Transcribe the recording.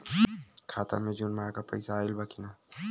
खाता मे जून माह क पैसा आईल बा की ना?